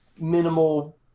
minimal